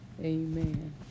amen